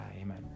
Amen